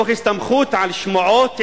תוך הסתמכות על שמועות,